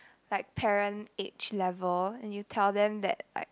like parent age level and you tell them that like